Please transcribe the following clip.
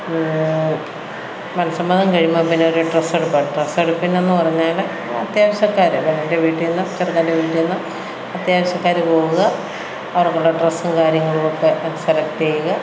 മനസ്സമ്മതം കഴിയുമ്പോള് പിന്നെ ഒരു ഡ്രസ്സ് എടുപ്പ് ഡ്രസ്സ് എടുപ്പ് എന്ന് പറഞ്ഞാല് അത്യാവശ്യക്കാര് പെണ്ണിൻ്റെ വീട്ടില്നിന്നും ചെറുക്കൻ്റെ വീട്ടില്നിന്നും അത്യാവശ്യക്കാര് പോവുക അവർക്കുള്ള ഡ്രസ്സും കാര്യങ്ങളും ഒക്കെ സെലക്റ്റെയ്യുക